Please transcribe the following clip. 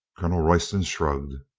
colonel royston shrugged.